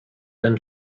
than